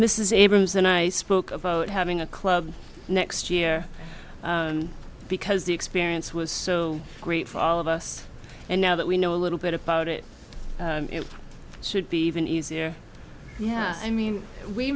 this is abramson i spoke about having a club next year because the experience was so great for all of us and now that we know a little bit about it it should be even easier i mean we